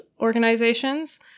organizations